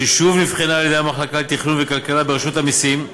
היא שוב נבחנה על-ידי המחלקה לתכנון וכלכלה ברשות המסים,